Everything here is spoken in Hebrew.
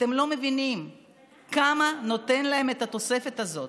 אתם לא מבינים כמה נותנת להם התוספת הזאת